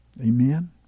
Amen